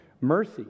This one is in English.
Mercy